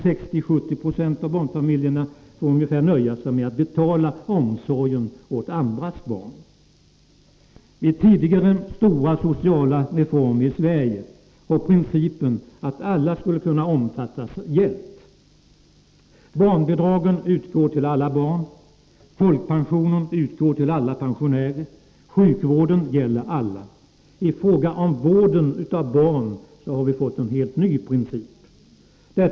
60 å 70 90 av barnfamiljerna får nöja sig med att betala omsorgen åt andras barn. Vid tidigare stora sociala reformer har principen att alla skall omfattas av dem gällt. Barnbidrag utgår till alla barn, folkpension till alla pensionärer och sjukvården gäller för alla. Men i fråga om vård av barn har vi fått en helt ny princip.